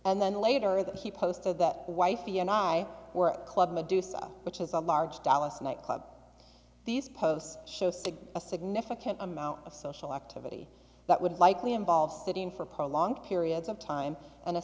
and then later that he posted that wifey and i were club medusa which is a large dallas nightclub these posts show sig a significant amount of social activity that would likely involve sitting for prolonged periods of time and a